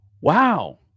Wow